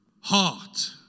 heart